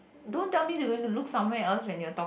don't tell me they gonna to look somewhere else when you're talk